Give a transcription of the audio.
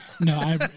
No